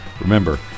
Remember